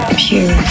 pure